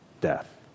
death